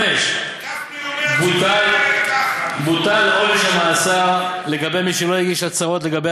5. בוטל עונש המאסר על מי שלא הגיש הצהרות לגבי